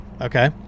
okay